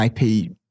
ip